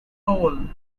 tall